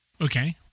Okay